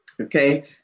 Okay